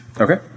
Okay